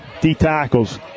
d-tackles